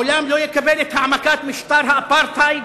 העולם לא יקבל את העמקת משטר האפרטהייד